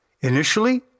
Initially